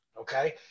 Okay